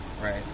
Right